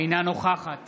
אינה נוכחת